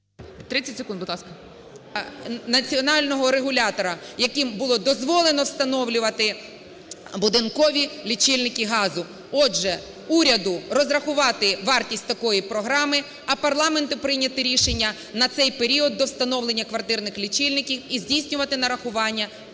30 секунд, будь ласка. БАБАК А.В. … національного регулятора, яким було дозволено встановлювати будинкові лічильники газу. Отже, уряду – розрахувати вартість такої програми, а парламенту прийняти рішення на цей період до встановлення квартирних лічильників і здійснювати нарахування